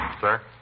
Sir